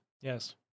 Yes